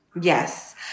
Yes